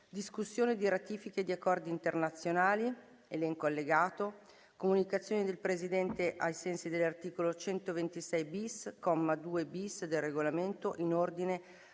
Discussione di ratifiche di accordi internazionali II. Comunicazioni del Presidente, ai sensi dell’articolo 126-bis, comma 2-bis, del Regolamento, in ordine